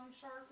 shark